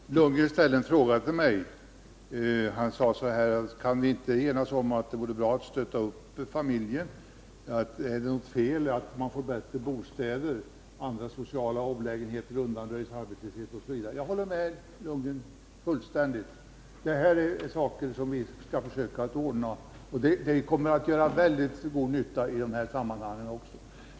Herr talman! Bo Lundgren ställde en fråga till mig. Han sade så här: Kan vi inte enas om att det vore bra att stötta familjen? Är det fel att man får bättre bostäder, att andra sociala olägenheter undanröjs, osv.? Jag håller med Bo Lundgren fullständigt. Allt detta är sådant som vi skall försöka ordna. Det kommer att göra väldigt god nytta också i detta sammanhang.